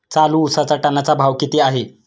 चालू उसाचा टनाचा भाव किती आहे?